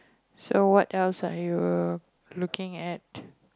so what else are you looking at